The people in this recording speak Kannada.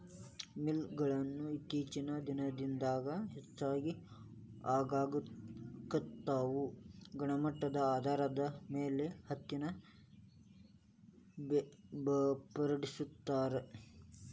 ಮಿಲ್ ಗೊಳು ಇತ್ತೇಚಿನ ದಿನದಾಗ ಹೆಚಗಿ ಆಗಾಕತ್ತಾವ ಗುಣಮಟ್ಟದ ಆಧಾರದ ಮ್ಯಾಲ ಹತ್ತಿನ ಬೇರ್ಪಡಿಸತಾರ